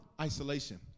isolation